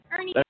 Ernie